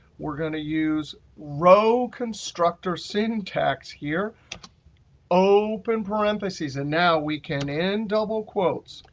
we're going to use row constructor syntax here open parentheses, and now we can in, double quotes,